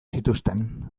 zituzten